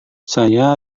saya